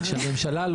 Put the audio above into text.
הפרמיה?